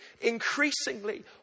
increasingly